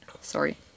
sorry